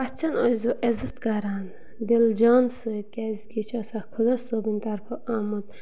پٔژھٮ۪ن ٲسۍزیٚو عزت کَران دِل جانہٕ سۭتۍ کیٛازِکہِ یہِ چھُ آسان خۄدا صٲبٕنۍ طرفہٕ آمُت